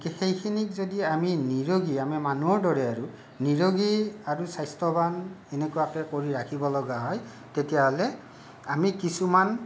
গতিকে সেইখিনিক যদি আমি নিৰোগী আমি মানুহৰ দৰে আৰু নিৰোগী আৰু স্বাস্থ্যবান এনেকুৱাকৈ কৰি ৰাখিবলগীয়া হয় তেতিয়াহ'লে আমি কিছুমান